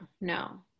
No